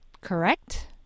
correct